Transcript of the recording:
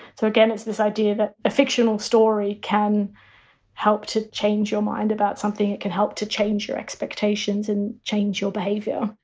so again it's this idea a fictional story can help to change your mind about something it can help to change your expectations and change your behavior.